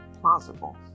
plausible